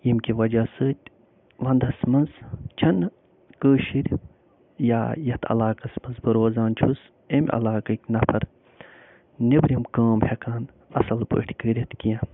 ییٚمہِ کہِ وجہ سۭتۍ ونٛدس منٛز چھَنہٕ کٲشِرۍ یا یَتھ علاقس منٛز بہٕ روزان چھُس اَمہِ علاقٕکۍ نفر نیٚبرِم کٲم ہٮ۪کان اصٕل پٲٹھۍ کٔرِتھ کیٚنٛہہ